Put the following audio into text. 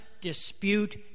dispute